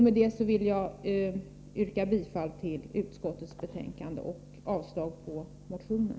Med detta vill jag yrka bifall till utskottets hemställan och avslag på motionen.